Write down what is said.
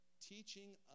teaching